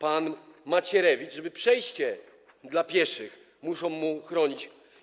Pan Macierewicz - przejście dla pieszych muszą mu chronić.